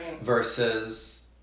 versus